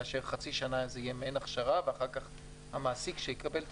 כאשר חצי שנה זה יהיה מעין הכשרה ואחר כך המעסיק שיקבל את